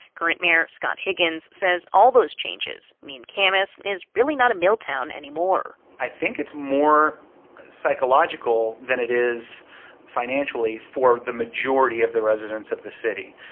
current mayor scott higgins says all those changes mean camas is really not a mill town anymore i think it's more psychological than it is financial for the majority of the residents of the city,